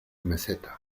meseta